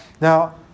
now